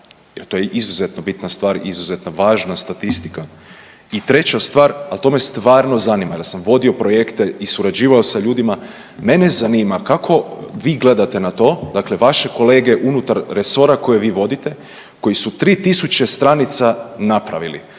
jer to je izuzetno bitna stvar i izuzetno važna statistika? I treća stvar, ali to me stvarno zanima jer sam vodio projekte i surađivao sa ljudima, mene zanima kako vi gledate na to dakle vaše kolege unutar resora koje vi vodite koji su 3000 stranica napravili.